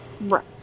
Right